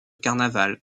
carnaval